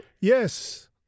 Yes